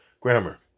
grammar